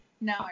no